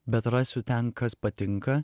bet rasiu ten kas patinka